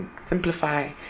simplify